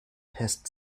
pest